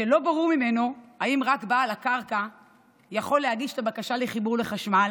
שלא ברור ממנו אם רק בעל הקרקע יכול להגיש את הבקשה לחיבור לחשמל